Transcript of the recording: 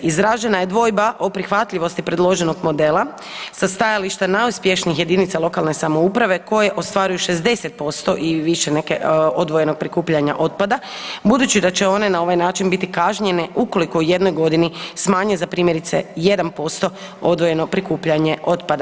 Izražena je dvojba o prihvatljivosti predloženog modela sa stajališta najuspješnijih jedinica lokalne samouprave koje ostvaruju 60% i više neke odvojenog prikupljanja otpada, budući da će one na ovaj način biti kažnjene ukoliko u jednoj godini smanje za primjerice 1% odvojeno prikupljanje otpada.